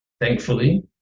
thankfully